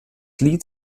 lied